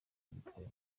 yitwaye